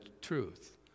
truth